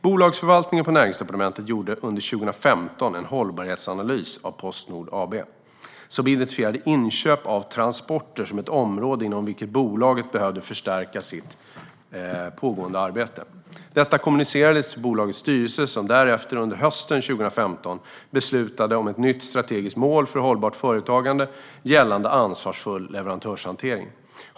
Bolagsförvaltningen på Näringsdepartementet gjorde under 2015 en hållbarhetsanalys av Postnord AB som identifierade inköp av transporter som ett område inom vilket bolaget behövde förstärka sitt pågående arbete. Detta kommunicerades till bolagets styrelse, som därefter under hösten 2015 beslutade om ett nytt strategiskt mål för hållbart företagande gällande ansvarsfull leverantörshantering.